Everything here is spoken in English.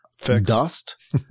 dust